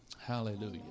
Hallelujah